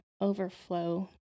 overflow